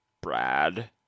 brad